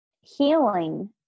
healing